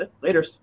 Later